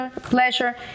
pleasure